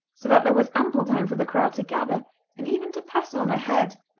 so that there was ample time for the crowd to gather and even to pass on ahead.